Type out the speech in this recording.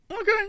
Okay